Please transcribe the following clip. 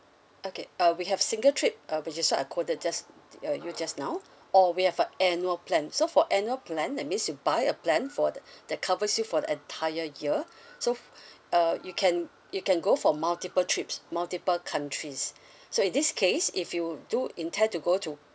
okay uh we have single trip uh which is what I quoted just uh you just now or we have a annual plan so for annual plan that means you buy a plan for that covers you for the entire year so uh you can you can go for multiple trips multiple countries so in this case if you do intend to go to